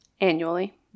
Annually